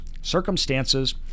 circumstances